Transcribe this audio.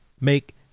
make